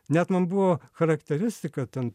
net man buvo charakteristika ten